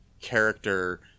character